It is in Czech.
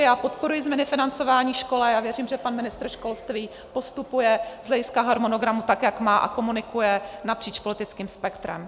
Já podporuji změny financování škol a věřím, že pan ministr školství postupuje z hlediska harmonogramu tak, jak má, a komunikuje napříč politickým spektrem.